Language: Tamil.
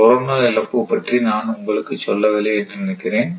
கொரோனல் இழப்பு பற்றி நான் உங்களுக்கு சொல்ல வில்லை என்று நினைக்கிறேன்